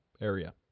area